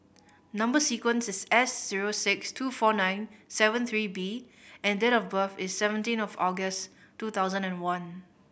number sequence is S zero six two four nine seven three B and date of birth is seventeen of August two thousand and one